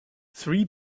three